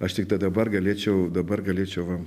aš tiktai dabar galėčiau dabar galėčiau va